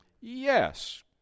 Yes